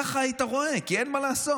כך היית רואה, כי אין מה לעשות,